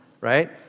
right